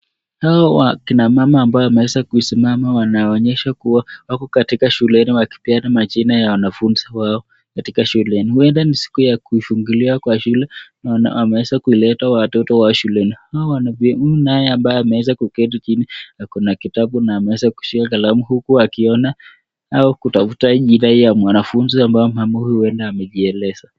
Hawa kina mama ambao wameeza kusimama wanaonyesha kuwa wako katika shuleni wakipeana majina ya wanafunzi wao katika shuleni, huenda ni siku ya kufunguliwa kwa shule na wameeza kuletwa watoto wao shuleni. Huyu naye ambaye ameweza kuketi chini na kuna kitabu na ameweza kushika kalamu huku akiona au kutafuta jina ya mwanafunzi ambayo mama huyu huenda amejieleza.